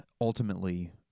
ultimately